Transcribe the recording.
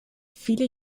viele